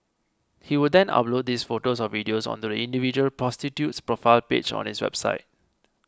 he would then upload these photos or videos onto the individual prostitute's profile page on his website